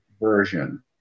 version